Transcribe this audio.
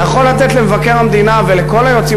אתה יכול לתת למבקר המדינה ולכל היועצים